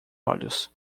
olhos